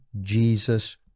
Jesus